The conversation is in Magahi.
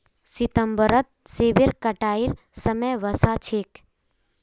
सितंबरत सेबेर कटाईर समय वसा छेक